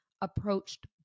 approached